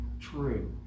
true